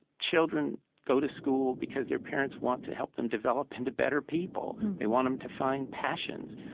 children go to school because their parents want to help them develop into better people. they want them to find passions.